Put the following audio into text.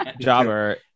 Jobber